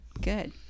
Good